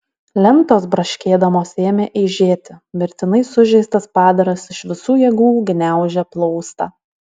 lentos braškėdamos ėmė eižėti mirtinai sužeistas padaras iš visų jėgų gniaužė plaustą